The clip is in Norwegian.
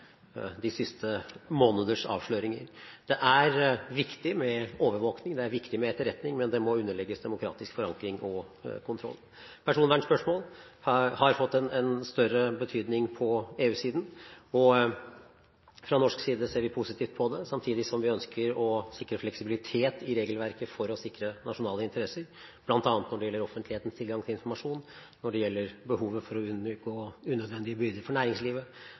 de siste måneders avsløringer. Det er viktig med overvåkning, det er viktig med etterretning, men det må underlegges demokratisk forankring og kontroll. Personvernspørsmål har fått en større betydning på EU-siden. Fra norsk side ser vi positivt på det, samtidig som vi ønsker å skape fleksibilitet i regelverket for å sikre nasjonale interesser, bl.a. når det gjelder offentlighetens tilgang til informasjon, når det gjelder behovet for å unngå unødvendige byrder for næringslivet,